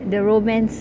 the romance